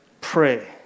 pray